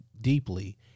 deeply